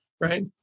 right